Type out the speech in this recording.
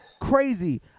crazy